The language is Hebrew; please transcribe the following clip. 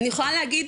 אני יכולה להגיד,